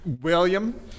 William